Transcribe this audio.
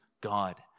God